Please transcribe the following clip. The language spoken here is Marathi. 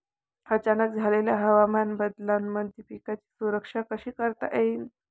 अचानक झालेल्या हवामान बदलामंदी पिकाची सुरक्षा कशी करता येईन?